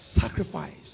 sacrifice